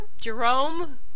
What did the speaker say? Jerome